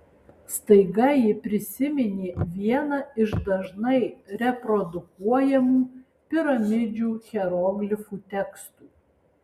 staiga ji prisiminė vieną iš dažnai reprodukuojamų piramidžių hieroglifų tekstų